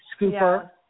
scooper